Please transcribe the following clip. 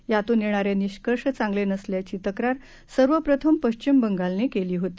यातून येणारे निष्कर्ष चांगले नसल्याची तक्रार सर्वप्रथम पश्चिम बंगालने केली होती